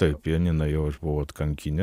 taip pianiną jau aš buvau atkankinęs